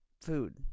food